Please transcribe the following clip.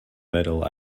middle